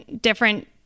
different